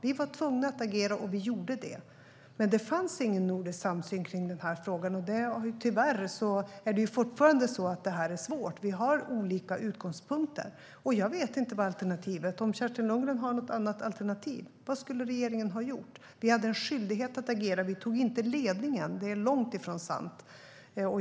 Vi var tvungna att agera, och vi gjorde det. Det fanns dock ingen nordisk samsyn i frågan, och tyvärr är det fortfarande så att detta är svårt. Vi har olika utgångspunkter. Jag vet inte vad alternativet hade varit. Har Kerstin Lundgren något alternativ? Vad skulle regeringen ha gjort? Vi hade en skyldighet att agera. Vi tog inte ledningen; det är långt ifrån sant.